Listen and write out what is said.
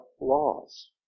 laws